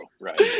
right